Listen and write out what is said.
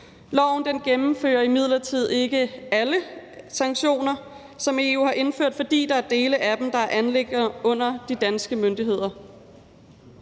Loven gennemfører imidlertid ikke alle sanktioner, som EU har indført, fordi der er dele af dem, der er anliggender under de danske myndigheder.